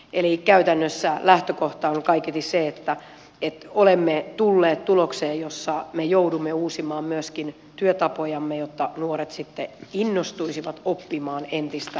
eli käytännössä lähtökohta on kaiketi se että olemme tulleet tulokseen jossa me joudumme uusimaan myöskin työtapojamme jotta nuoret sitten innostuisivat oppimaan entistä paremmin